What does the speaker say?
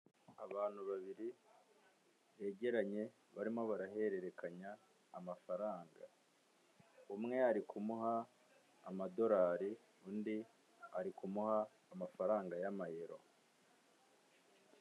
Abantu babiri begeranye barimo barahererekanya amafaranga, umwe ari kumuha amadolari undi ari kumuha amafaranga y'amayero.